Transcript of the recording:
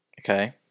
Okay